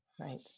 right